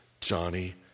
Johnny